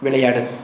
விளையாடு